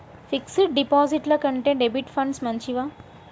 Fix డ్ డిపాజిట్ల కంటే డెబిట్ ఫండ్స్ మంచివా?